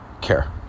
care